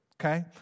okay